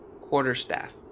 quarterstaff